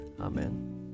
Amen